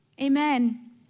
Amen